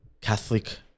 Catholic